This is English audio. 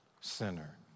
sinner